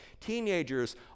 teenagers